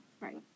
Right